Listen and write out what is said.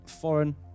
foreign